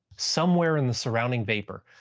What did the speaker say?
somewhere in the surrounding vapor,